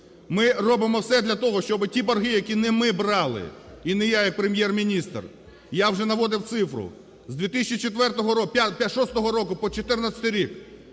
Ми робимо все для того, щоб ті борги, які не ми брали, і не я як Прем'єр-міністр. Я вже наводив цифру, з 2004… 2006 року по 2014 рік